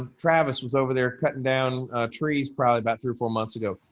travis was over there cutting down trees probably about three or four months ago.